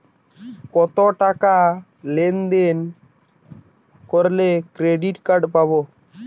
কতটাকা লেনদেন করলে ক্রেডিট কার্ড পাব?